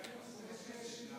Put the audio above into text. זה חשוב, בצדק, לערבים.